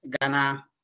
Ghana